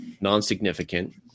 non-significant